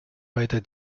weiter